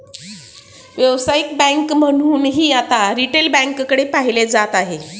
व्यावसायिक बँक म्हणूनही आता रिटेल बँकेकडे पाहिलं जात आहे